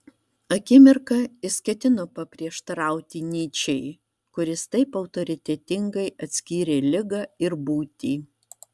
akimirką jis ketino paprieštarauti nyčei kuris taip autoritetingai atskyrė ligą ir būtį